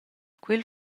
quel